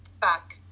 back